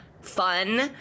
fun